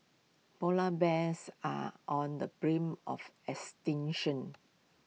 Polar Bears are on the of extinction